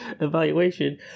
evaluation